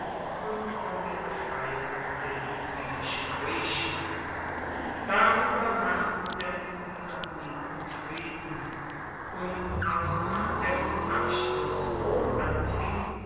und von der befreiung der sizilischen griechen darueber machten denn die samniten frieden und als nach dessen abschluss rom anfing